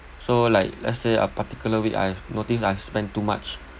so like let's say a particular week I've notice I've spent too much